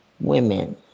women